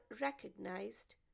recognized